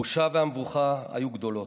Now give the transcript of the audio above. הבושה והמבוכה היו גדולות,